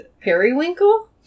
Periwinkle